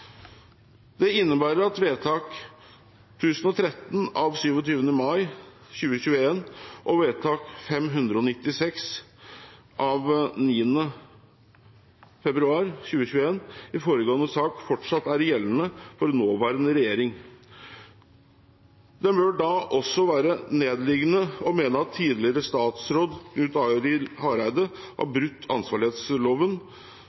Det innebærer at Vedtak 1013 av 27. mai 2021 og Vedtak 596 av 9. februar 2021 i foregående sak fortsatt er gjeldende for nåværende regjering. Det bør da også være nærliggende å mene at tidligere statsråd Knut Arild Hareide har